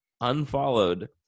unfollowed